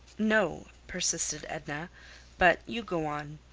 no, persisted edna but you go on.